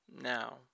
Now